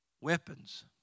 weapons